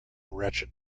wretched